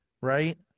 right